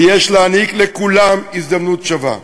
ויש להעניק לכולם הזדמנות שווה.